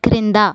క్రింద